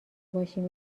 باشیم